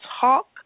talk